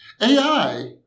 AI